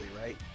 right